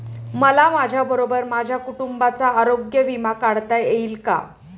मला माझ्याबरोबर माझ्या कुटुंबाचा आरोग्य विमा काढता येईल का?